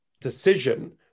decision